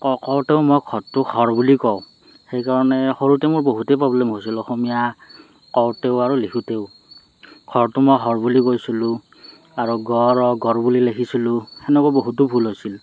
কওঁতেও মই ঘৰটোক হৰ বুলি কওঁ সেইকাৰণে সৰুতে মোৰ বহুতেই প্ৰব্লেম হৈছিল অসমীয়া কওঁতেও আৰু লিখোঁতেও ঘৰটো মই হৰ বুলি কৈছিলোঁ আৰু গ ৰ গৰ বুলি লিখিছিলোঁ সেনেকৈ বহুতো ভুল হৈছিল